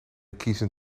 kiezen